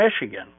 Michigan